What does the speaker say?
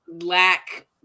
lack